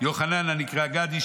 יוחנן הנקרא גדי.